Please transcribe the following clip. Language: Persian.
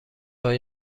های